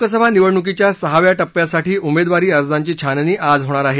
लोकसभा निवडणुकीच्या सहाव्या टप्प्यासाठी उमेदवारी अर्जांची छाननी आज होणार आहे